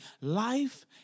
Life